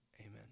amen